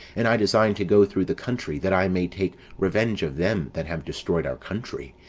and i design to go through the country, that i may take revenge of them that have destroyed our country,